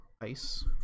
ice